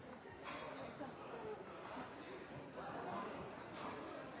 det. Jeg